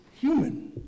human